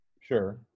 sure